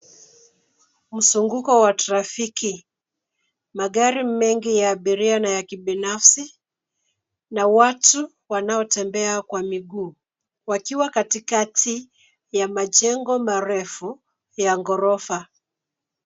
Mzunguko wa trafiki. Magari mengi ya abiria na ya kibinafsi na watu wanaotembea kwa miguu, wakiwa kati kati ya majengo marefu ya ghorofa.